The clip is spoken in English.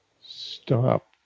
stop